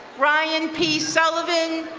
ryan p. sullivan,